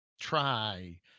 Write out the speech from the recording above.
Try